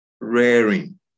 rearing